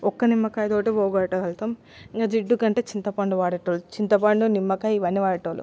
ఒక్క నిమ్మకాయతోటే పోగొట్టగలుగుతం ఇంక జిడ్డు అంటే చింతపండు వాడేటోళ్ళు చింతపండు నిమ్మకాయి ఇవన్ని వాడేటోళ్ళు